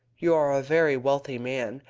you are a very wealthy man,